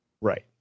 Right